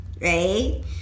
right